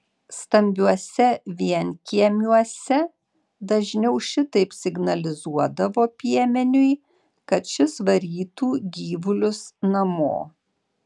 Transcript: stambiuose vienkiemiuose dažniau šitaip signalizuodavo piemeniui kad šis varytų gyvulius namo